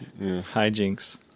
Hijinks